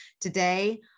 today